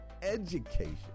education